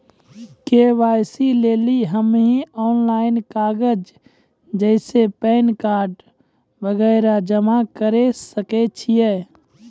KYC लेली हम्मय online कागज जैसे पैन कार्ड वगैरह जमा करें सके छियै?